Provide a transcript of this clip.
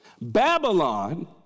Babylon